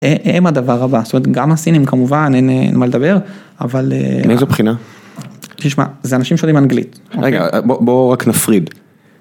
הם הדבר הבא זאת אומרת גם הסינים כמובן אין מה לדבר אבל, מאיזה בחינה? תשמע, זה אנשים שיודעים אנגלית, רגע בוא רק נפריד.